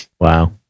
Wow